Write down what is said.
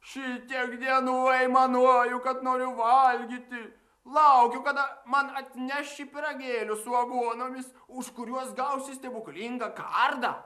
šitiek dienų aimanuoju kad noriu valgyti laukiu kada man atneši pyragėlių su aguonomis už kuriuos gausi stebuklingą kardą